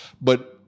But-